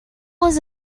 was